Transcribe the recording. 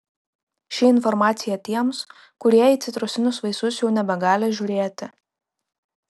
ši informacija tiems kurie į citrusinius vaisius jau nebegali žiūrėti